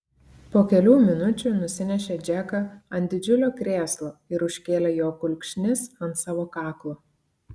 po kelių minučių nusinešė džeką ant didžiulio krėslo ir užkėlė jo kulkšnis ant savo kaklo